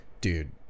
dude